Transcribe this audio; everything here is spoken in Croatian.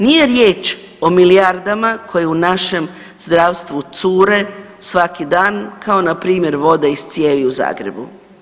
Nije riječ o milijardama koje u našem zdravstvu cure svaki dan, kao npr. voda iz cijevi u Zagrebu.